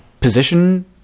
position